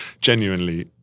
genuinely